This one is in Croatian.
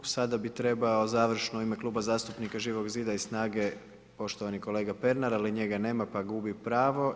Sada bih trebao završno u ime Kluba zastupnika Živog zida i Snage, poštovani kolega Pernar, ali njega nema pa gubi pravo.